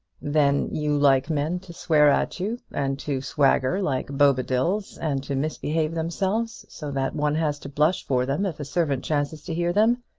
then you like men to swear at you, and to swagger like bobadils, and to misbehave themselves, so that one has to blush for them if a servant chances to hear them.